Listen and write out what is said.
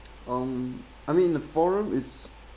um I mean the forum is